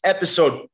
Episode